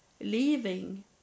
leaving